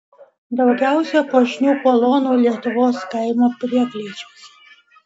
daugiausia puošnių kolonų lietuvos kaimo prieklėčiuose